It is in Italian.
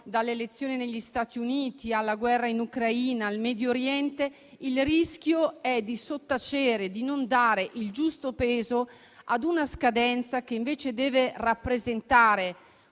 dalle elezioni negli Stati Uniti, alla guerra in Ucraina, al Medio Oriente, il rischio è di sottacere e di non dare il giusto peso a una scadenza che invece deve rappresentare,